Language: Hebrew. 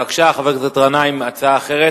בבקשה, חבר הכנסת גנאים, הצעה אחרת.